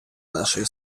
нашої